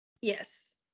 Yes